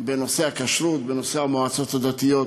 בנושא הכשרות, בנושא המועצות הדתיות.